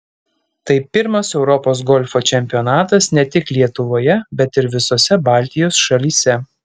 tai pirmas europos golfo čempionatas ne tik lietuvoje bet ir visose baltijos šalyse